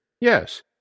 Yes